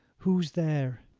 who's there?